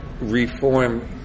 reform